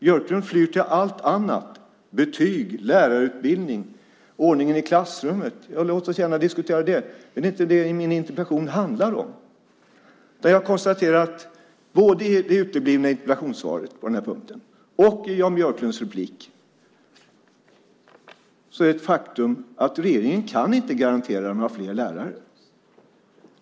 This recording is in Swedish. Björklund flyr till allt annat: betyg, lärarutbildning, ordningen i klassrummet. Låt oss gärna diskutera det, men det är inte det min interpellation handlar om. Jag konstaterar att det både i det uteblivna svaret på den här punkten i det skriftliga interpellationssvaret och i Jan Björklunds inlägg är ett faktum att regeringen inte kan garantera några fler lärare.